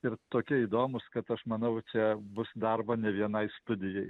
ir tokie įdomūs kad aš manau čia bus darbo ne vienai studijai